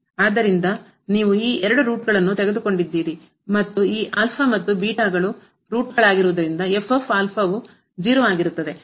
ಆದ್ದರಿಂದ ನೀವು ಎರಡು ರೂಟ್ಗಳನ್ನು ತೆಗೆದುಕೊಂಡಿದ್ದೀರಿ ಮತ್ತು ಈ ಆಲ್ಫಾ ಮತ್ತು ಬೀಟಾಗಳು ರೂಟ್ಗಳಾಗಿರುವುದರಿಂದ ವು 0 ಆಗಿರುತ್ತದೆ ಮತ್ತು ಅದು ಗೆ ಸಮಾನವಾಗಿರುತ್ತದೆ